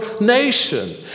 nation